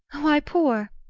why poor?